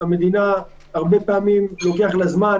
למדינה הרבה פעמים לוקח זמן,